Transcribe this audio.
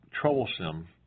troublesome